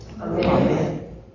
Amen